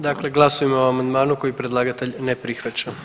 Dakle, glasujmo o amandmanu koji predlagatelj ne prihvaća.